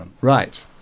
Right